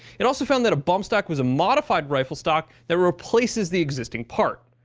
it also found that a bump stock was a modified rifle stock that replaces the existing part.